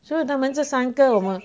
所以他们这三个